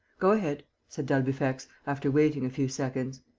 go ahead, said d'albufex, after waiting a few seconds.